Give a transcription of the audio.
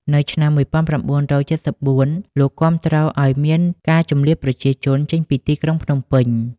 នៅឆ្នាំ ១៩៧៤ លោកគាំទ្រឱ្យមានការជម្លៀសប្រជាជនចេញពីទីក្រុងភ្នំពេញ ។